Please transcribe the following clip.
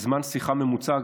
וזמן שיחה ממוצע,